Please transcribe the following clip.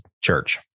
church